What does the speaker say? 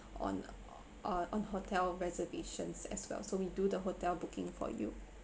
on uh on hotel reservations as well so we do the hotel booking for you